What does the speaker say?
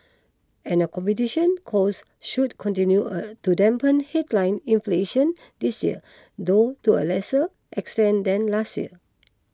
accommodation costs should continue a to dampen headline inflation this year though to a lesser extent than last year